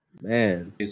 man